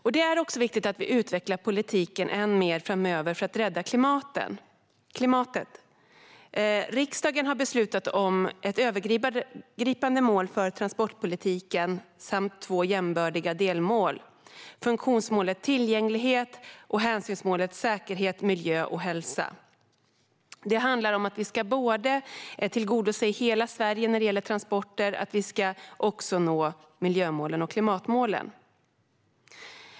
Det är viktigt att vi utvecklar politiken än mer framöver för att rädda klimatet. Riksdagen har beslutat om ett övergripande mål för transportpolitiken samt om två jämbördiga delmål: funktionsmålet om tillgänglighet och hänsynsmålet om säkerhet, miljö och hälsa. Det handlar om att vi både ska tillgodose hela Sverige när det gäller transporter och nå miljömålen och klimatmålen.